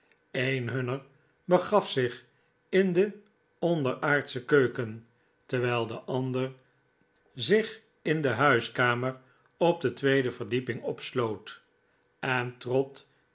een hunner begaf zich in de onderaardsche keuken terwijl de ander zich in de huiskamer op de tweede verdieping opsloot en trott